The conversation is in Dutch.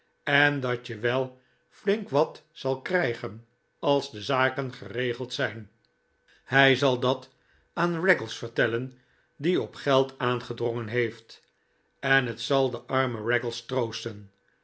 en dat je wel flink wat zal krijgen als de zaken geregeld zijn hij zal het aan raggles vertellen die op geld aangedrongen heeft en het zal den armen raggles troosten